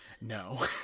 No